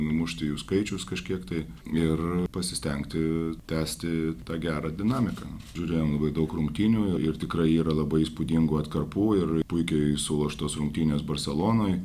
numušti jų skaičius kažkiek tai ir pasistengti tęsti tą gerą dinamiką žiūrėjom labai daug rungtynių ir ir tikrai yra labai įspūdingų atkarpų ir puikiai suloštos rungtynės barselonoj